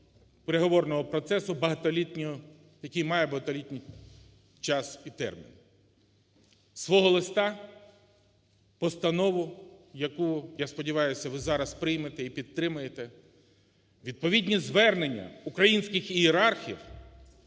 переговорного процесу багатолітнього… який має багатолітній час і термін. Свого листа, постанову, яку, я сподіваюсь, ви зараз приймете і підтримаєте, відповідні звернення українських ієрархів,